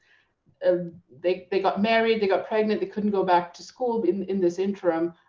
ah they they got married, they got pregnant. they couldn't go back to school in this interim.